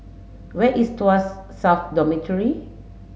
where is Tuas South Dormitory